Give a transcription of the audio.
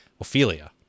Ophelia